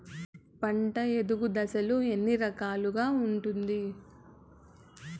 పంట ఎదుగు దశలు ఎన్ని రకాలుగా ఉంటుంది?